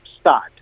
start